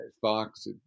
Fox